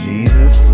Jesus